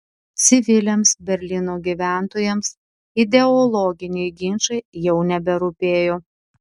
civiliams berlyno gyventojams ideologiniai ginčai jau neberūpėjo